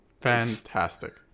Fantastic